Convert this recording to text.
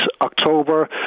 October